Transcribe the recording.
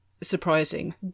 surprising